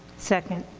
second.